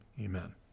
Amen